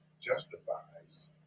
justifies